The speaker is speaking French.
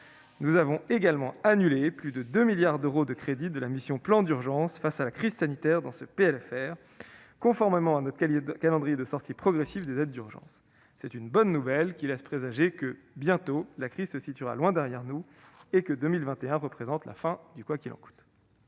finances rectificative, plus de 2 milliards d'euros de crédits de la mission « Plan d'urgence face à la crise sanitaire », conformément à notre calendrier de sortie progressive des aides d'urgence. C'est une bonne nouvelle, qui laisse présager que bientôt nous laisserons la crise loin derrière nous et que 2021 sonne la fin du « quoi qu'il en coûte